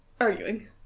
arguing